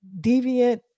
deviant